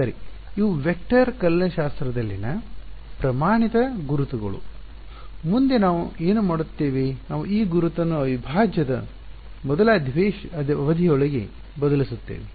ಸರಿ ಇವು ವೆಕ್ಟರ್ ಕಲನಶಾಸ್ತ್ರದಲ್ಲಿನ ಪ್ರಮಾಣಿತ ಗುರುತುಗಳು ಸರಿ ಮುಂದೆ ನಾವು ಏನು ಮಾಡುತ್ತೇವೆ ನಾವು ಈ ಗುರುತನ್ನು ಅವಿಭಾಜ್ಯದ ಮೊದಲ ಅವಧಿಯೊಳಗೆ ಬದಲಿಸುತ್ತೇವೆ